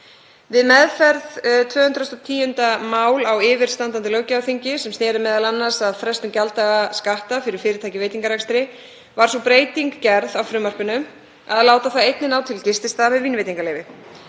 Við meðferð 210. máls á yfirstandandi löggjafarþingi, sem sneri m.a. að frestun gjalddaga skatta fyrir fyrirtæki í veitingarekstri, var sú breyting gerð á frumvarpinu að láta það einnig ná til gististaða með vínveitingaleyfi.